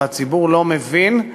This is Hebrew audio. והציבור לא מבין,